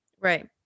right